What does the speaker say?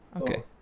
Okay